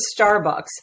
Starbucks